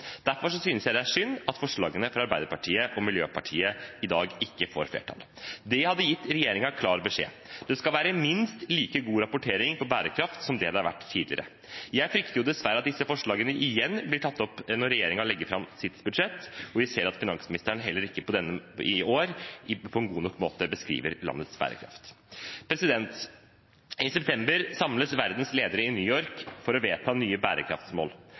Derfor synes jeg det er synd at forslagene fra Arbeiderpartiet og Miljøpartiet De Grønne i dag ikke får flertall. Det hadde gitt regjeringen klar beskjed. Det skal være minst like god rapportering på bærekraft som det det har vært tidligere. Jeg frykter dessverre at disse forslagene igjen blir tatt opp når regjeringen legger fram sitt budsjett, og vi ser at finansministeren heller ikke i år på en god nok måte beskriver landets bærekraft. I september samles verdens ledere i New York for å vedta nye bærekraftsmål.